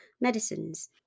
medicines